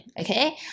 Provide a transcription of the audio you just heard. okay